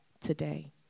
today